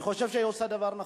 אני חושב שהיא עושה דבר נכון.